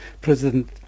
President